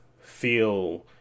feel